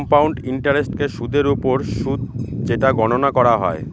compound ইন্টারেস্টকে সুদের ওপর সুদ যেটা গণনা করা হয়